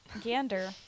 gander